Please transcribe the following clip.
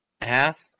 half